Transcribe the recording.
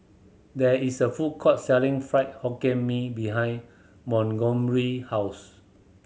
there is a food court selling Fried Hokkien Mee behind Montgomery house